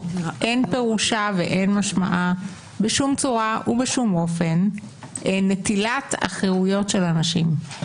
אין פירושן ואין משמען בשום צורה ובשום אופן נטילת החירויות של אנשים.